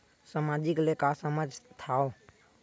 सामाजिक ले का समझ थाव?